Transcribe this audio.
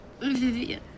Vivian